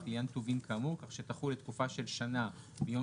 לעניין טובין כאמור כך שתחול לתקופה של שנה מיום